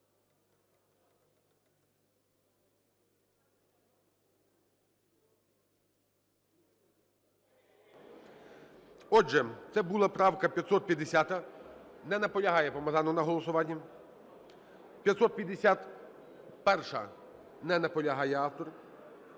Отже, це була правка 550. Не наполягає Помазанов на голосуванні. 551-а. Не наполягає автор.